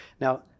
Now